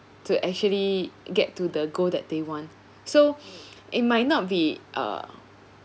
to actually get to the goal that they want so it might not be uh